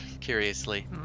curiously